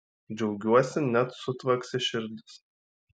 džiaugiuosi net sutvaksi širdis